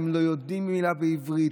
הם לא יודעים מילה בעברית,